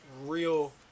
real